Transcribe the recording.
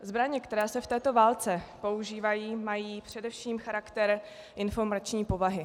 Zbraně, které se v této válce používají, mají především charakter informační povahy.